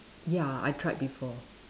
ya I tried before